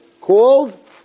called